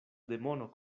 demono